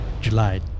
July